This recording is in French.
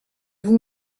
vous